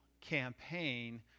campaign